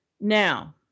Now